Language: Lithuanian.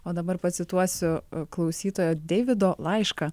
o dabar pacituosiu klausytojo deivido laišką